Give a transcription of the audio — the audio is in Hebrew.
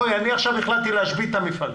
אני עכשיו החלטתי להשבית את המפעל.